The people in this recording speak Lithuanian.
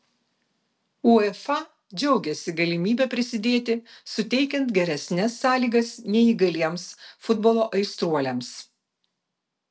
uefa džiaugiasi galimybe prisidėti suteikiant geresnes sąlygas neįgaliems futbolo aistruoliams